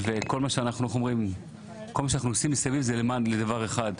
וכל מה שאנחנו עושים מסביב זה למען דבר אחד,